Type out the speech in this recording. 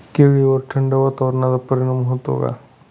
केळीवर थंड वातावरणाचा परिणाम होतो का?